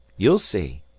you'll see,